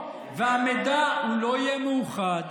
והמידע לא יהיה מאוחד.